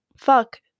fuck